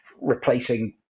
replacing